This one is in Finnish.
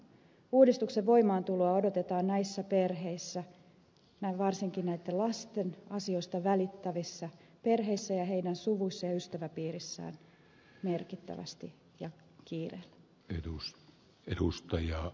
uudistuksen voimaantuloa odotetaan näissä perheissä näin varsinkin näitten lasten asioista välittävissä perheissä ja heidän suvuissaan ja ystäväpiirissään merkittävästi ja kiireellä